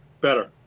better